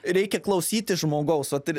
reikia klausyti žmogaus vat ir